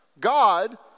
God